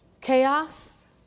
chaos